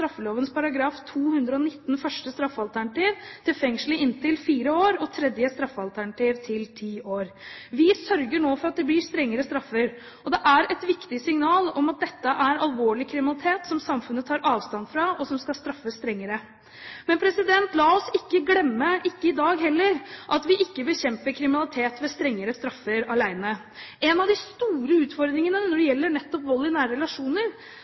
219 første straffealternativ til fengsel i inntil fire år og tredje straffealternativ til ti år. Vi sørger nå for at det blir strengere straffer. Det er et viktig signal om at dette er alvorlig kriminalitet, som samfunnet tar avstand fra, og som skal straffes strengere. Men la oss heller ikke i dag glemme at vi ikke bekjemper kriminalitet ved strengere straffer alene. En av de store utfordringene når det gjelder nettopp vold i nære relasjoner,